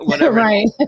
Right